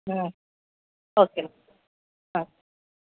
ఓకేనమ్మ